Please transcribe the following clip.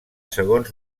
segons